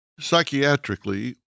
Psychiatrically